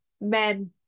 men